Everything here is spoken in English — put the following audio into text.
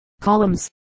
columns